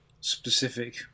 specific